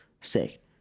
sick